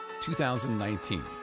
2019